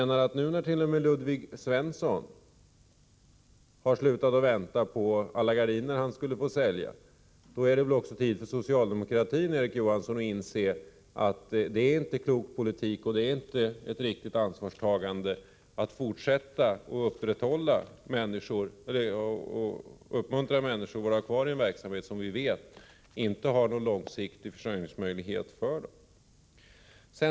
När nu t.o.m. Ludvig Svensson har slutat vänta på att få sälja alla de gardiner som han skulle få sälja, är det väl på tiden, Erik Johansson, att även socialdemokratin inser att det inte är en klok politik eller ett riktigt ansvarstagande att fortsätta att uppmuntra människor att stanna kvar i en verksamhet som vi vet inte kan erbjuda någon långsiktig försörjningsmöjlighet för dem.